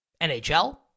NHL